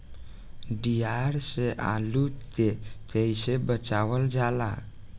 दियार से आलू के कइसे बचावल जाला?